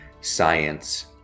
science